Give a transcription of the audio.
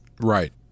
Right